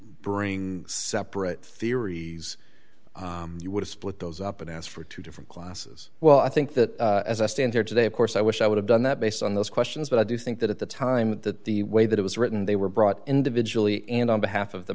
bring separate theories you would split those up and ask for two different classes well i think that as i stand here today of course i wish i would have done that based on those questions but i do think that at the time that the way that it was written they were brought individually and on behalf of the